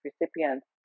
recipients